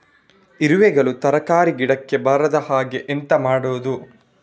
ಇರುವೆಗಳು ತರಕಾರಿ ಗಿಡಕ್ಕೆ ಬರದ ಹಾಗೆ ಎಂತ ಮಾಡುದು?